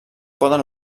poden